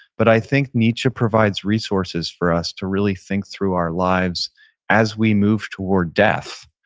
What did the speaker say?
but i think nietzsche provides resources for us to really think through our lives as we move toward death.